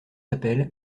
appel